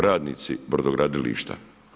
radnici brodogradilišta?